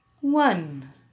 One